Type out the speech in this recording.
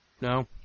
No